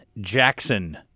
Jackson